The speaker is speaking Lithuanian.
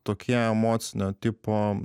tokie emocinio tipo